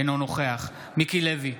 אינו נוכח מיקי לוי,